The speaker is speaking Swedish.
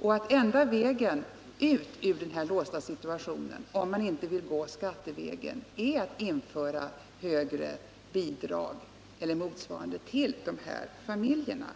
och att enda vägen ut ur den låsta situationen — om man inte vill gå skattevägen — är att införa högre bidrag eller motsvarande till de här familjerna.